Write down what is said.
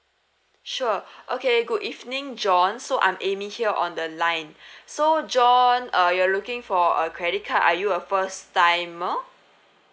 sure okay good evening john so I'm amy here on the line so john uh you're looking for a credit card are you a first timer